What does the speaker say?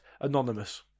anonymous